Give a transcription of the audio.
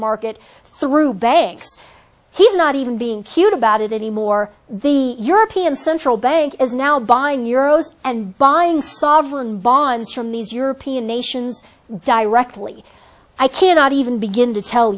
market through banks he's not even being cute about it anymore the european central bank is now buying euro's and buying stock in bonds from these european nations directly i cannot even begin to tell